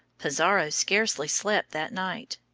pizarro scarcely slept that night.